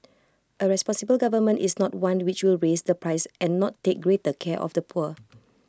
A responsible government is not one which will raise the price and not take greater care of the poor